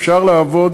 אפשר לעבוד,